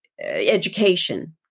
education